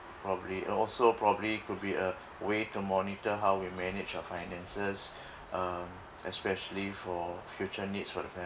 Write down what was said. probably oh also probably it could be a way to monitor how we manage our finances um especially for future needs for the